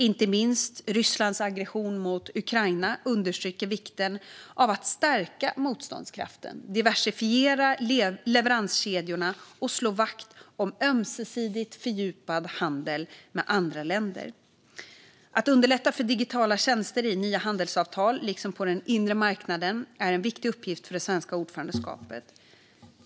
Inte minst Rysslands aggression mot Ukraina understryker vikten av att stärka motståndskraften, diversifiera leveranskedjorna och slå vakt om ömsesidigt fördjupad handel med andra länder. Att underlätta för digitala tjänster i nya handelsavtal, liksom på den inre marknaden, är en viktig uppgift för det svenska ordförandeskapet.